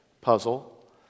puzzle